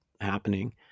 happening